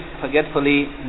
forgetfully